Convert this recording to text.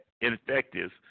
ineffective